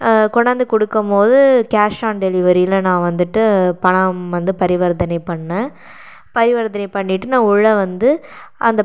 கொண்டாந்து கொடுக்கும்மோது cash on டெலிவரியில் நான் வந்துட்டு பணம் வந்து பரிவர்த்தனை பண்ணிணேன் பரிவர்த்தனை பண்ணிவிட்டு நான் உள்ளே வந்து அந்தப்